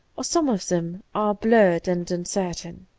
or some of them, are blurred and uncertain.